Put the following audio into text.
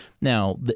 Now